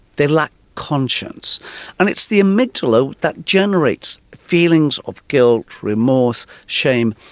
they lack conscience and it's the amygdala that generates feelings of guild, remorse, shame.